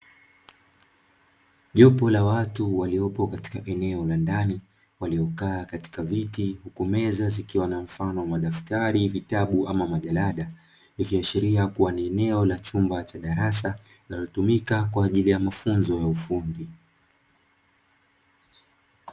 Jopo la watu waliopo katika eneo la ndani waliokaa katika viti huku meza zikiwa na mfano wa madaftari, vitabu ama majalada ikiashiria kuwa ni eneo la chumba cha darasa linalotumika kwa ajili ya mafunzo ya ufundi.